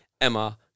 Emma